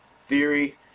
theory